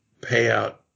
payout